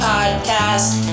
Podcast